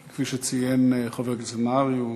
שכפי שציין חבר הכנסת נהרי, הוא